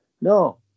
No